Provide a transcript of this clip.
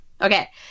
Okay